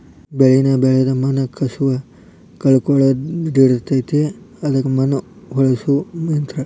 ಬೆಳಿನ ಬೆಳದ ಮಣ್ಣ ಕಸುವ ಕಳಕೊಳಡಿರತತಿ ಅದಕ್ಕ ಮಣ್ಣ ಹೊಳ್ಳಸು ಯಂತ್ರ